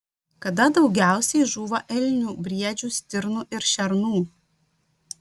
kada daugiausiai žūva elnių briedžių stirnų ir šernų